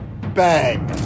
Bang